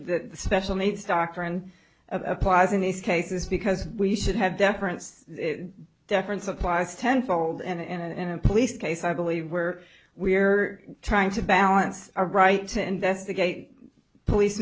the special needs doctrine applies in these cases because we should have deference deference applies tenfold and in a police case i believe where we're trying to balance our bright to investigate police